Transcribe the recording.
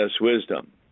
wisdom